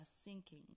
sinking